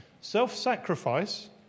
Self-sacrifice